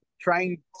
trying